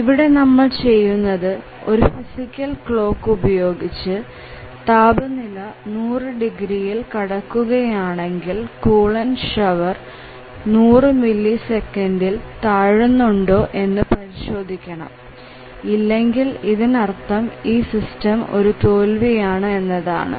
ഇവിടെ നമ്മൾ ചെയ്യുന്നത് ഒരു ഫിസിക്കൽ ക്ലോക്ക് ഉപയോഗിച്ച് താപനില 500 ഡിഗ്രിയിൽ കടക്കുകയാണെങ്കിൽ കൂളൻറ് ഷവർ 100 മില്ലി സെക്കൻഡിൽ താഴുന്നുണ്ടോ എന്ന് പരിശോധിക്കണം ഇല്ലെങ്കിൽ ഇതിനർത്ഥം ഈ സിസ്റ്റം ഒരു തോൽവി ആണ് എന്നതാണ്